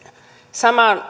samaan